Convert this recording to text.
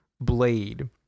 blade